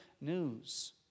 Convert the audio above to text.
news